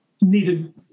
needed